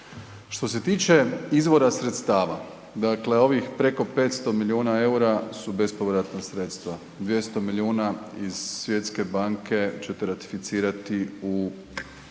Što se tiče izvora sredstava, dakle ovih preko 500 miliona EUR-a su bespovratna sredstva, 200 milijuna iz Svjetske banke ćete ratificirati u